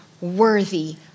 worthy